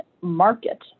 market